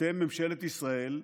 אתם ממשלת ישראל שם,